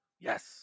Yes